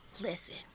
listen